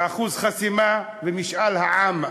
אחוז החסימה ומשאל העם,